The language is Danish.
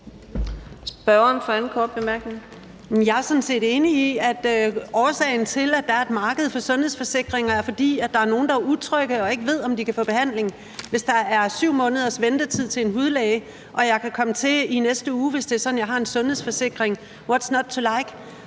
jeg er sådan set enig i, at årsagen til, at der er et marked for sundhedsforsikringer, er, at der er nogen, der er utrygge og ikke ved, om de kan få behandling. Hvis der er 7 måneders ventetid til en hudlæge og jeg kan komme til i næste uge, hvis det er sådan, at jeg har en sundhedsforsikring – what's not to like?